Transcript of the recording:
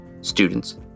Students